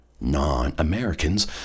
non-Americans